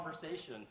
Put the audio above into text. conversation